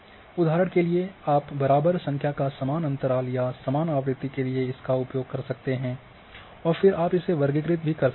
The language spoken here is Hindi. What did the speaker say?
उदाहरण के लिए आप बराबर संख्या का समान अंतराल या समान आवृत्ति के लिए उपयोग कर सकते हैं और फिर आप इसे वर्गीकृत कर सकते हैं